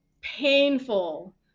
painful